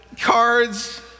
cards